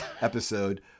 episode